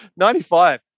95